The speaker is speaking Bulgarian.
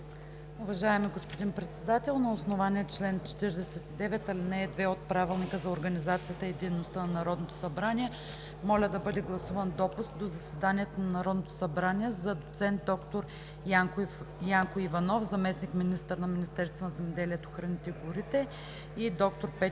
Уважаеми господин Председател! На основание чл. 49, ал. 2 от Правилника за организацията и дейността на Народното събрание моля да бъде гласуван допуск до заседанието на Народното събрание за доцент доктор Янко Иванов – заместник-министър на земеделието, храните и горите, и доктор Петя